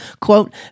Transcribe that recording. Quote